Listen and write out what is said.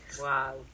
Wow